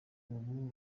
ubu